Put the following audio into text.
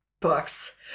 books